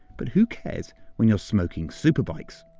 but who cares when you're smoking superbikes?